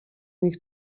nich